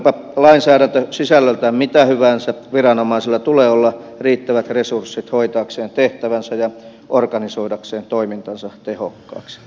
olipa lainsäädäntö sisällöltään mitä hyvänsä viranomaisilla tulee olla riittävät resurssit hoitaakseen tehtävänsä ja organisoidakseen toimintansa tehokkaaksi